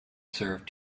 served